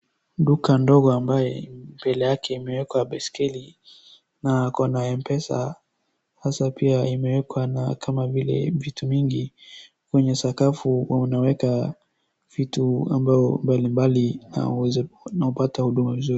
Duka ndogo ambaye mbele yake imewekwa baisklei na kuna Mpesa. Sasa pia imewekwa na kama vile vitu mingi. Kwenye sakafu wanaweka vitu ambao mbalimbali na uweze na upate huduma vizuri.